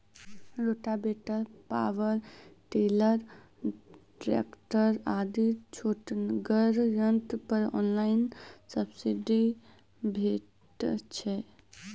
Rotavator, power tiller, tractor आदि छोटगर यंत्र पर ऑनलाइन सब्सिडी भेटैत छै?